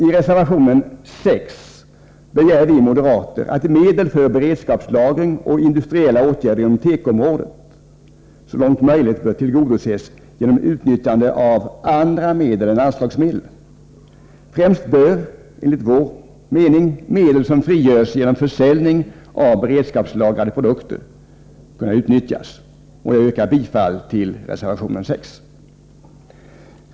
I reservation 6 begär vi moderater att medel för beredskapslag ring och industriella åtgärder inom tekoområdet så långt möjligt skall tillgodoses genom utnyttjande av andra medel än anslagsmedel. Främst bör — enligt vår mening — medel som frigörs genom försäljning av beredskapslagrade produkter kunna utnyttjas. Jag yrkar bifall till reservation 6.